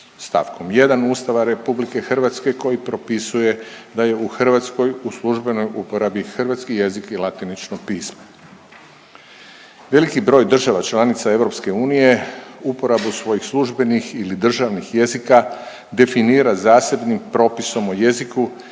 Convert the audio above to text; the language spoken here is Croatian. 1. Ustava RH koji propisuje da je u Hrvatskoj u službenoj uporabi hrvatski jezik i latinično pismo. Veliki broj država članica EU uporabu svojih službenih ili državnih jezika definira zasebnim propisom o jeziku